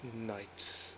night